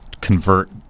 convert